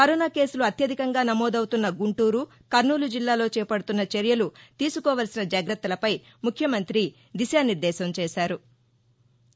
corona కేసులు అత్యధికంగా నమోదవుతున్న గుంటూరు కర్నూలు జిల్లాలో చేపడుతున్న చర్యలు తీసుకోవల్సిన జాగ్రత్తలపై ముఖ్యమంత్రి దిశానిర్దేశం చేశారు